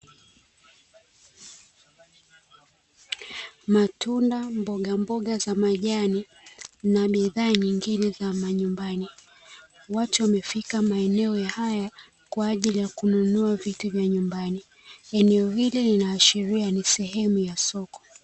Matunda, mbogamboga za majani na bidhaa nyingine za nyumbani, watu wamefika maeneo ya haya kwajili ya kununua vitu vya nyumbani eneo hili linaashiria ni sehemu ya soko.